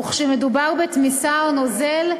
וכשמדובר בתמיסה או נוזל,